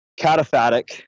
cataphatic